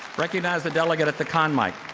recognize the delegate at the kind of like